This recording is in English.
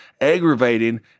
aggravating